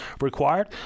required